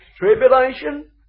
Tribulation